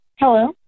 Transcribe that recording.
Hello